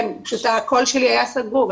לא,